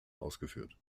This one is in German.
ausgeführt